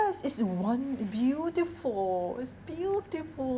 yes it's one beautiful it's beautiful